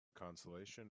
consolation